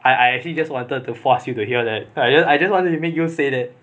I I actually just wanted to force you to hear that I just I just wanted to make you say that